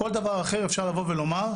כל דבר אחר אפשר לבוא ולומר,